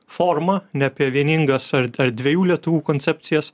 formą ne apie vieningas ar ar dviejų lietuvių koncepcijas